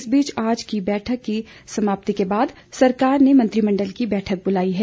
इस बीच आज की बैठक की समाप्ति के बाद सरकार ने मंत्रिमंडल की बैठक बुलाई है